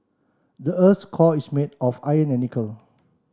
the earth's core is made of iron and nickel